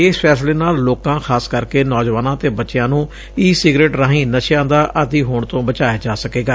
ਇਸ ਫੈਸਲੇ ਨਾਲ ਲੋਕਾਂ ਖ਼ਾਸ ਕਰਕੇ ਨੌਜੁਆਨਾਂ ਅਤੇ ਬਚਿਆਂ ਨੁੰ ਈ ਸਿਗਰੇਟ ਰਾਹੀਂ ਨਸ਼ਿਆਂ ਦਾ ਆਂਦੀ ਹੋਣ ਤੋਂ ਬਚਾਇਆ ਜਾ ਸਕੇਗਾ